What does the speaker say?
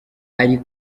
ari